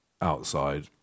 outside